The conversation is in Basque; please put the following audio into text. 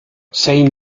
zein